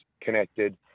connected